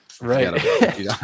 Right